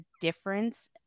difference